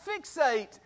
fixate